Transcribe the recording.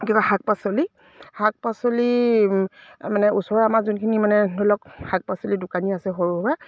কিবা শাক পাচলি শাক পাচলি মানে ওচৰৰ আমাৰ যোনখিনি মানে ধৰি লওক শাক পাচলিৰ দোকানী আছে সৰু সুৰা